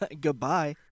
goodbye